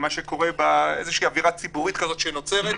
ממה שקורה באיזושהי אווירה ציבורית כזאת שנוצרת,